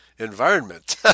Environment